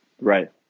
right